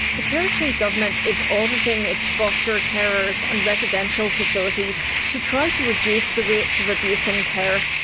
the territory government is auditing its foster carers and residential facilities to try to reduce the rates of abuse in care.